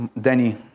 Danny